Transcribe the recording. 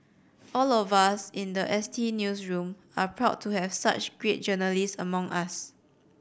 all of us in the S T newsroom are proud to have such great journalists among us